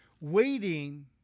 Waiting